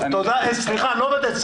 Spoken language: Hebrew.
אני לא --- סליחה, אני לא עובד אצלך.